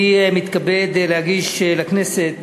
אני מתכבד להגיש לכנסת